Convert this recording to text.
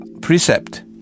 precept